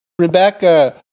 Rebecca